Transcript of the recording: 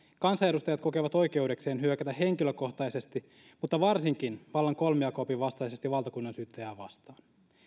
kansanedustajat kokevat oikeudekseen hyökätä henkilökohtaisesti mutta varsinkin vallan kolmijako opin vastaisesti valtakunnansyyttäjää vastaan